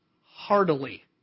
heartily